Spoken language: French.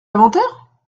inventaire